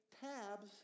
tabs